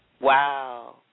Wow